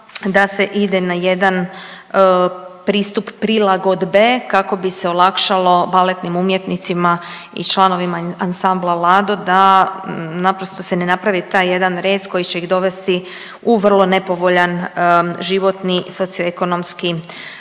da se ide na jedan pristup prilagodbe kako bi se olakšalo baletnim umjetnicima i članovima ansambla Lado da naprosto se ne napravi taj jedan rez koji će ih dovesti u vrlo nepovoljan životni socioekonomski i